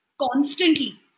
Constantly